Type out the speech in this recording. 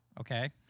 Okay